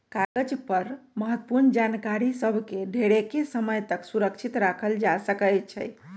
कागज पर महत्वपूर्ण जानकारि सभ के ढेरेके समय तक सुरक्षित राखल जा सकै छइ